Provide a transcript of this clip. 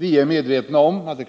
Vi är medvetna om att det,